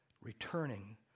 returning